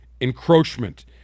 Encroachment